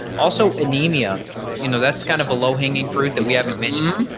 also anemia you know that's kind of a low hanging fruit that we haven't mentioned.